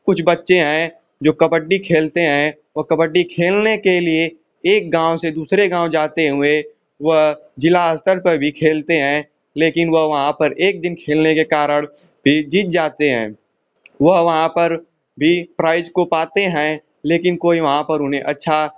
कुछ बच्चे हैं जो कबड्डी खेलते हैं वह कबड्डी खेलने के लिए एक गाँव से दूसरे गाँव जाते हुए वह ज़िला स्तर पर भी खेलते हैं लेकिन वह वहाँ पर एक खेलने के कारण भी जीत जाते हैं वह वहाँ पर भी प्राइज़ को पाते हैं लेकिन कोई वहाँ पर उन्हें अच्छा